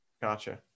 Gotcha